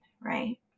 right